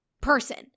person